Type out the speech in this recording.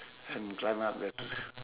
and climb up the tr~